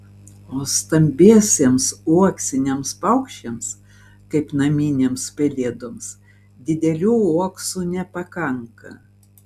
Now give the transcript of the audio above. o stambiesiems uoksiniams paukščiams kaip naminėms pelėdoms didelių uoksų nepakanka